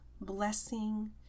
blessing